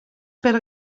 per